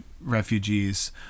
refugees